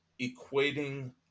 equating